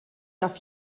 darf